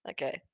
Okay